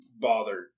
bothered